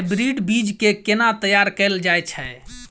Hybrid बीज केँ केना तैयार कैल जाय छै?